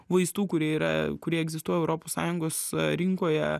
vaistų kurie yra kurie egzistuoja europos sąjungos rinkoje